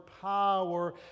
power